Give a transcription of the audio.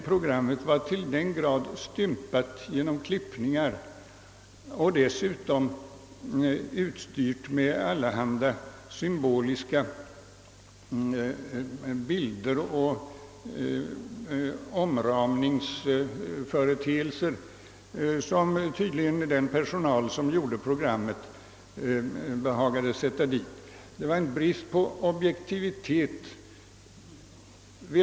Programmet var dock i hög grad stympat genom klippning och dessutom utstyrt med allehanda symboliska bilder och inramningar — vilka tydligen den personal som gjort programmet behagat sätta dit — och objektiviteten hade helt gått förlorad.